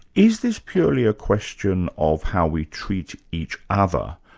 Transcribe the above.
is this purely a question of how we treat each other,